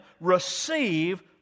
Receive